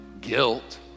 guilt